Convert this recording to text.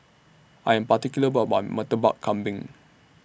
I Am particular about My Murtabak Lambing